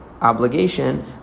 obligation